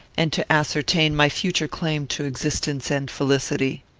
and to ascertain my future claim to existence and felicity.